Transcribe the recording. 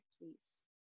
please